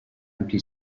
empty